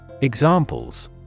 Examples